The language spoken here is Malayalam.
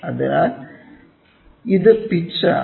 അതിനാൽ ഇത് പിച്ച് ആണ്